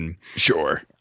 Sure